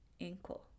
ankle